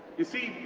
you see,